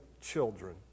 children